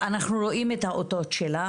אנחנו רואים את האותות שלה,